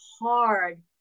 hard